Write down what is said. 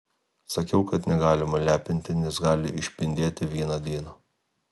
sakiau kad negalima lepinti nes gali išpindėti vieną dieną